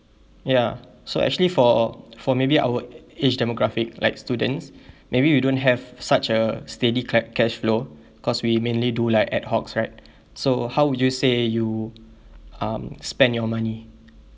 ya so actually for for maybe our age demographic like students maybe you don't have such a steady ca~ cash flow cause we mainly do like adhocs right so how would you say you um spend your money